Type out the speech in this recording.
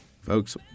Folks